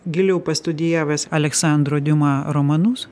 giliau pastudijavęs aleksandro diuma romanus